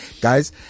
Guys